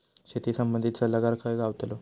शेती संबंधित सल्लागार खय गावतलो?